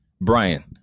Brian